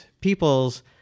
peoples